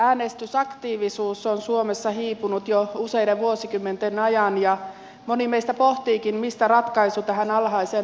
äänestysaktiivisuus on suomessa hiipunut jo useiden vuosikymmenten ajan ja moni meistä pohtiikin mistä ratkaisu tähän alhaiseen äänestysprosenttiin